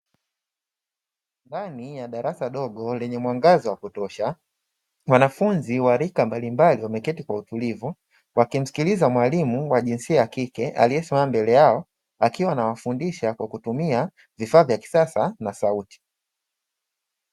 Ndani ya darasa dogo lenye mwangaza wa kutosha; wanafunzi wa rika mbalimbali wameketi kwa utulivu, wakimsikiliza mwalimu wa jinsia ya kike aliyesimama mbele yao akiwa anawafundisha kwa kutumia vifaa vya kisasa na sauti.